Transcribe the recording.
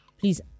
Please